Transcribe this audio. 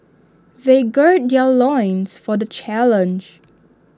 they gird their loins for the challenge